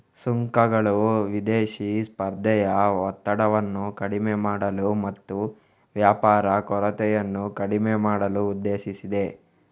ಸುಂಕಗಳು ವಿದೇಶಿ ಸ್ಪರ್ಧೆಯ ಒತ್ತಡವನ್ನು ಕಡಿಮೆ ಮಾಡಲು ಮತ್ತು ವ್ಯಾಪಾರ ಕೊರತೆಯನ್ನು ಕಡಿಮೆ ಮಾಡಲು ಉದ್ದೇಶಿಸಿದೆ